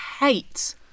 hate